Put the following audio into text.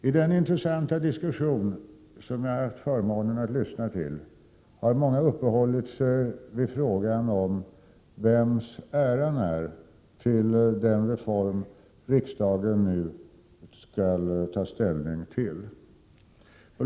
I den intressanta diskussion som jag har haft förmånen att lyssna till har många uppehållit sig vid frågan om vem som har äran av den reform som riksdagen nu skall ta ställning till.